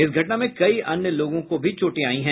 इस घटना में कई अन्य लोगों को भी चोट आयी है